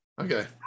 Okay